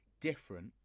different